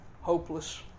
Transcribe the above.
hopeless